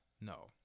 No